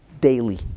daily